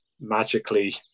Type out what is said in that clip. magically